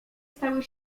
stały